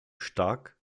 stark